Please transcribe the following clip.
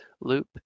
loop